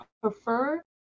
prefer